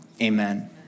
Amen